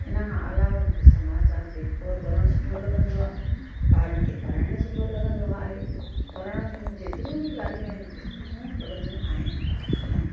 इनखां अलावा मूंखे समाचार पेपर पढ़णु सुठो लॻंदो आहे ॿारनि खे पढ़ाइणु सुठो लॻंदो आहे पढ़ाइण जूं जेतिरियूं बि ॻाल्हियूं आहिनि सुठियूं लॻंदियूं आहिनि